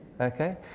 Okay